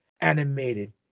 animated